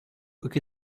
book